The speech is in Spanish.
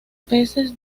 peces